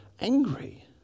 angry